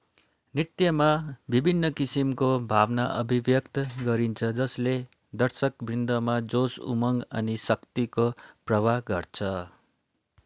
नृत्यमा विभिन्न किसिमको भावना अभिव्यक्त गरिन्छ जसले दर्शकवृन्दमा जोस उमङ्ग अनि शक्तिको प्रवाह गर्छ